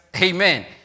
Amen